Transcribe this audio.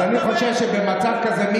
אז אני חושב שבמצב כזה,